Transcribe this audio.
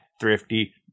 Thrifty